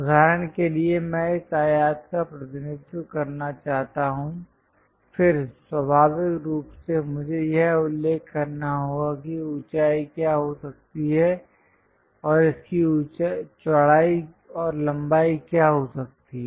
उदाहरण के लिए मैं इस आयत का प्रतिनिधित्व करना चाहता हूं फिर स्वाभाविक रूप से मुझे यह उल्लेख करना होगा कि ऊंचाई क्या हो सकती है और इसकी चौड़ाई और लंबाई क्या हो सकती है